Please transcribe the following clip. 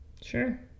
Sure